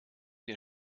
der